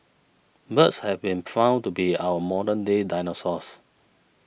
birds have been found to be our modern day dinosaurs